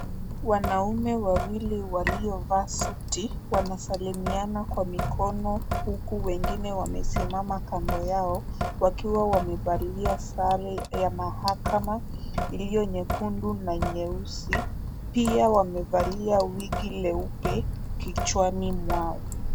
Wanaume wawili waliovaa suti wanasalimiana kwa mikono huku wengine wamesimama kando yao wakiwa wamevalia sare ya mahakama iliyo nyekundu na nyeusi ,pia wamevalia wigi leupe kichwani mwao.